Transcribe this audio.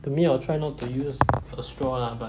to me I'll try not to use a straw lah but